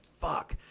fuck